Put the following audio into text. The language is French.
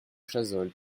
chazolles